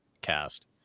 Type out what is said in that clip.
cast